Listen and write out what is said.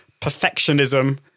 perfectionism